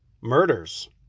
murders